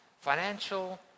financial